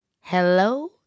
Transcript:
Hello